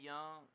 Young